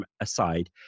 aside